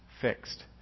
fixed